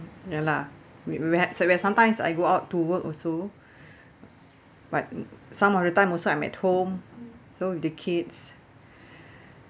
ya lah we had where sometimes I go out to work also but some of the time also I'm at home so the kids